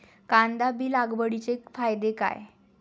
कांदा बी लागवडीचे फायदे काय?